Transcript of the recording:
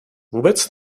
vůbec